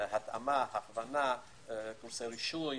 התאמה, הכוונה, קורסי רישוי,